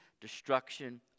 destruction